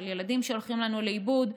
של ילדים שהולכים לנו לאיבוד,